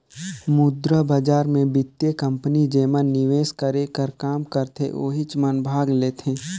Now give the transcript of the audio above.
मुद्रा बजार मे बित्तीय कंपनी जेमन निवेस करे कर काम करथे ओहिच मन भाग लेथें